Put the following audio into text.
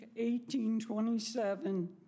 18.27